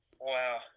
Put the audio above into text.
Wow